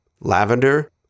Lavender